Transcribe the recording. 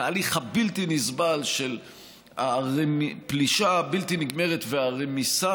בתהליך הבלתי-נסבל של הפלישה הבלתי-נגמרת והרמיסה